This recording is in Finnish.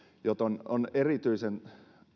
joten on erityisen